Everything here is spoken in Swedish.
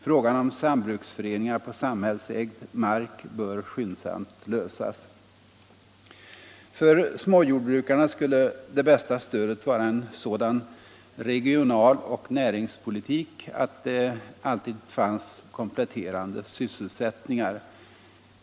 Frågan om sambruksföreningar på samhällsägd mark bör skyndsamt lösas. För småjordbrukarna skulle det bästa stödet vara en sådan regional och näringspolitik att det alltid fanns kompletterande sysselsättningar.